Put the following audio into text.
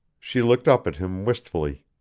she looked up at him wistfully.